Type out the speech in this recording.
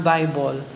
Bible